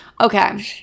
Okay